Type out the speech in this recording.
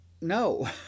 No